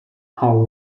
hull